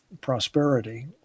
prosperity